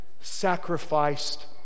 sacrificed